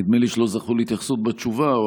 נדמה לי שלא זכו להתייחסות בתשובה.